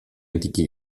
antichi